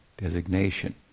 designation